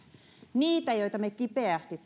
niitä joita me kipeästi